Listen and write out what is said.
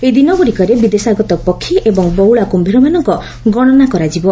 ଏହି ଦିନଗୁଡ଼ିକରେ ବିଦେଶାଗତ ପକ୍ଷୀ ଏବଂ ବଉଳା କୁୟୀରମାନଙ୍କ ଗଣନା କରାଯିବ